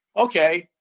ok,